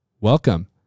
Welcome